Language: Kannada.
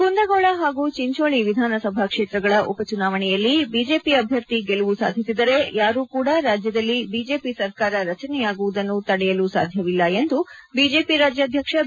ಕುಂದುಗೋಳ ಹಾಗೂ ಚಿಂಚೋಳ ವಿಧಾನಸಭಾ ಕ್ಷೇತ್ರಗಳ ಉಪಚುನಾವಣೆಯಲ್ಲಿ ಬಿಜೆಪಿ ಅಭ್ಯರ್ಥಿ ಗೆಲುವು ಸಾಧಿಸಿದರೆ ಯಾರೂ ಕೂಡ ರಾಜ್ಯದಲ್ಲಿ ಬಿಜೆಪಿ ಸರ್ಕಾರ ರಚನೆಯಾಗುವುದನ್ನು ತಡೆಯಲು ಸಾಧ್ಯವಿಲ್ಲ ಎಂದು ಬಿಜೆಪಿ ರಾಜ್ಯಾಧ್ಯಕ್ಷ ಬಿ